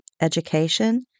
education